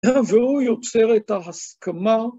‫והוא יוצר את ההסכמה.